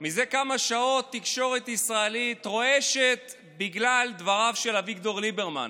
כמה שעות התקשורת הישראלית רועשת בגלל דבריו של אביגדור ליברמן.